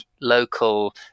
local